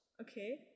okay